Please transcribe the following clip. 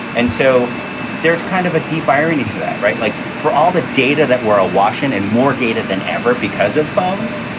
and so there's kind of a deep irony to that. right. like for all the data that we're awash in and more data than ever because of phones,